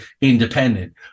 independent